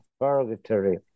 purgatory